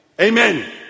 Amen